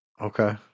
Okay